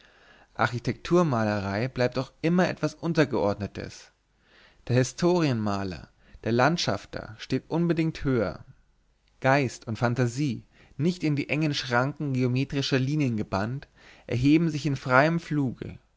architektur malerei bleibt doch immer etwas untergeordnetes der historien maler der landschafter steht unbedingt höher geist und fantasie nicht in die engen schranken geometrischer linien gebannt erheben sich in freiem fluge